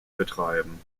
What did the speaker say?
betreiben